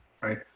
right